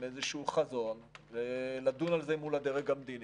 איזשהו חזון ולדון על זה מול הדרג המדיני.